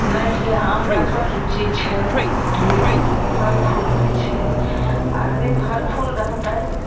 नहि छै आम कटहर लुच्ची छै लेकिन फल फूल नहि छै आखिरे फल फूल रहतै